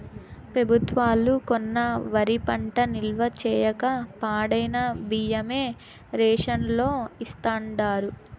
పెబుత్వాలు కొన్న వరి పంట నిల్వ చేయక పాడైన బియ్యమే రేషన్ లో ఇస్తాండారు